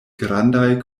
grandaj